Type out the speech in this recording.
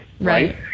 right